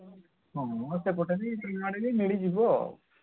ହଁ ସେପଟେ ବି ତୁମ ଆଡ଼େ ବି ମିଳିଯିବ ଆଉ